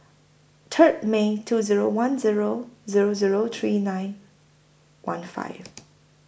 Third May two Zero one Zero Zero Zero three nine one five